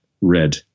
red